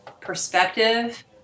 perspective